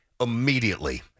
immediately